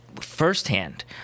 Firsthand